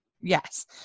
yes